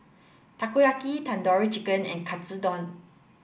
Takoyaki Tandoori Chicken and Katsudon